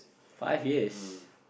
five years